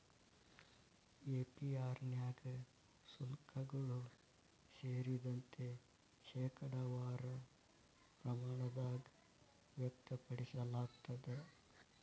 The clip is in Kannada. ಎ.ಪಿ.ಆರ್ ನ್ಯಾಗ ಶುಲ್ಕಗಳು ಸೇರಿದಂತೆ, ಶೇಕಡಾವಾರ ಪ್ರಮಾಣದಾಗ್ ವ್ಯಕ್ತಪಡಿಸಲಾಗ್ತದ